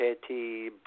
Petty